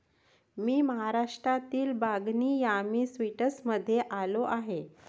मी महाराष्ट्रातील बागनी यामी स्वीट्समध्ये आलो आहे